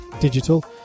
Digital